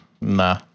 Nah